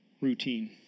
routine